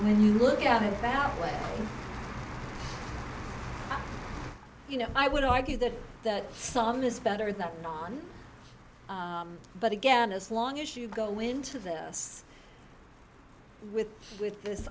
when you look at it that way you know i would argue that that song is better than one but again as long as you go into this with with this